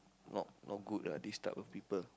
not not good ah this type of people